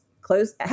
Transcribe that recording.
close –